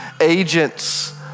agents